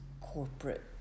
corporate